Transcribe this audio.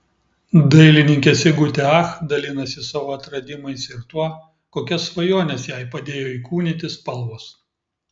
dailininkė sigutė ach dalinasi savo atradimais ir tuo kokias svajones jai padėjo įkūnyti spalvos